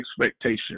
expectation